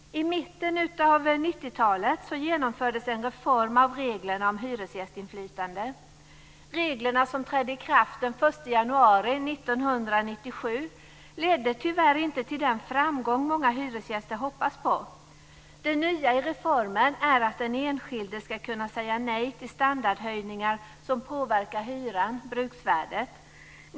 I mitten av 90-talet genomfördes en reform av reglerna om hyresgästinflytande. Reglerna, som trädde i kraft den 1 april 1997, ledde tyvärr inte till den framgång som många hyresgäster hoppats på. Det nya i reformen är att den enskilde ska kunna säga nej till standardhöjningar som påverkar hyran - bruksvärdet.